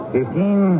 Fifteen